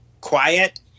quiet